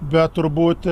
bet turbūt